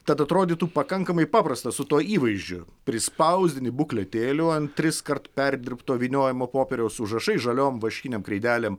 tad atrodytų pakankamai paprasta su tuo įvaizdžiu prispausdini bukletėlių ant triskart perdirbto vyniojamo popieriaus užrašai žaliom vaškinėm kreidelėm